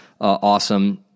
awesome